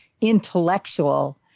intellectual